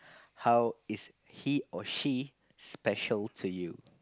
how is he or she special to you